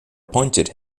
appointed